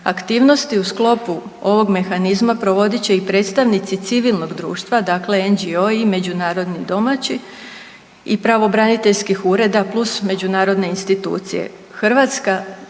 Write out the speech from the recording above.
Aktivnosti u sklopu ovog mehanizma provodit će i predstavnici civilnog društva, dakle NGO i međunarodni domaći i pravobraniteljskih ureda plus međunarodne institucije. Hrvatska